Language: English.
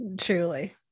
truly